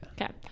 Okay